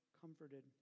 comforted